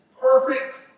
perfect